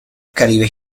caribe